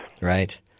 Right